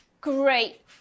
Great